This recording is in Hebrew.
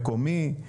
מקומי,